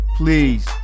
please